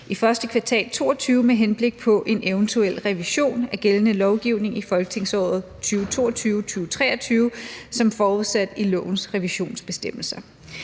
kvartal 2022 med henblik på en eventuel revision af gældende lovgivning i folketingsåret 2022-23 som forudsat i lovens revisionsbestemmelser.